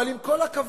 אבל עם כל הכבוד,